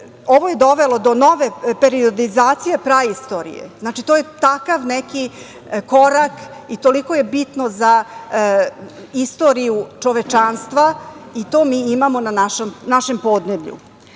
Ovo je dovelo do nove periodizacije praistorije. Znači, to je takav neki korak i toliko je bitno za istoriju čovečanstva, a to mi imamo na našem podneblju. Isto